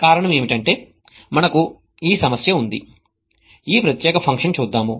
కారణం ఏమిటి అంటే మనకు ఈ సమస్య ఉంది ఈ ప్రత్యేక ఫంక్షన్ చూద్దాం